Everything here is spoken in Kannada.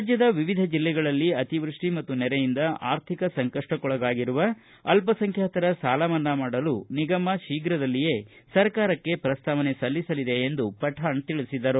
ರಾಜ್ಯದ ವಿವಿಧ ಜಿಲ್ಲೆಗಳಲ್ಲಿ ಅತಿವೃಷ್ಠಿ ಮತ್ತು ನೆರೆಯಿಂದ ಆರ್ಥಿಕ ಸಂಕಪ್ಪಕ್ಕೊಳಗಾಗಿರುವ ಅಲ್ಲಸಂಖ್ಯಾತರ ಸಾಲ ಮನ್ನಾ ಮಾಡಲು ನಿಗಮ ಶೀಘ್ರದಲ್ಲಿಯೇ ಸರಕಾರಕ್ಕೆ ಪ್ರಸ್ತಾವನೆ ಸಲ್ಲಿಸಲಿದೆ ಎಂದು ಪಠಾಣ ತಿಳಿಸಿದರು